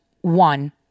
one